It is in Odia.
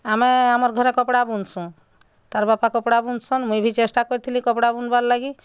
ଆମେ ଆମର୍ ଘରେ କପଡ଼ା ବୁନ୍ସୁ ତାର୍ ବାପା କପଡ଼ା ବୁନ୍ସନ୍ ମୁଇଁ ବି ଚେଷ୍ଟା କରିଥିଲି କପଡ଼ା ବୁନ୍ବାର୍ ଲାଗି